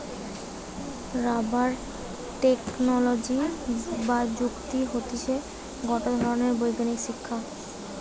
rubber technology বা প্রযুক্তি হতিছে গটে ধরণের বৈজ্ঞানিক শিক্ষা